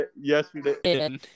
yesterday